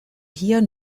hier